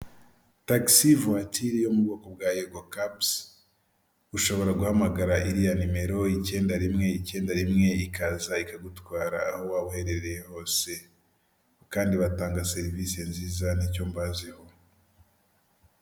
Tagisi vuwatire yo mu bwoko bwa yego kabusi ushobora guhamagara iriya nimero icyenda rimwe icyenda rimwe ikaza ikagutwara aho waba uherereye hose kandi batanga serivisi nziza n'icyombaziho .